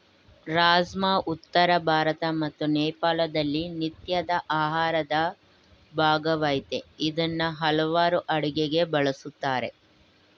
ರಾಜ್ಮಾ ಉತ್ತರ ಭಾರತ ಮತ್ತು ನೇಪಾಳದಲ್ಲಿ ನಿತ್ಯದ ಆಹಾರದ ಭಾಗವಾಗಯ್ತೆ ಇದ್ನ ಹಲವಾರ್ ಅಡುಗೆಗೆ ಬಳುಸ್ತಾರೆ